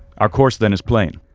our course then is plain.